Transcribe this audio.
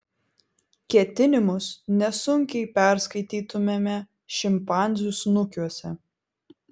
ketinimus nesunkiai perskaitytumėme šimpanzių snukiuose